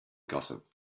gossip